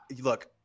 Look